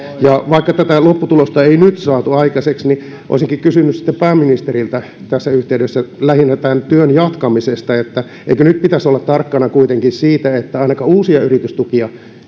ja vaikka tätä lopputulosta ei nyt saatu aikaiseksi niin olisinkin kysynyt sitten pääministeriltä tässä yhteydessä lähinnä tämän työn jatkamisesta eikö nyt pitäisi olla tarkkana kuitenkin siitä että ainakaan uusia yritystukia